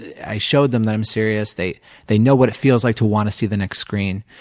i showed them that i'm serious. they they know what it feels like to want to see the next screen.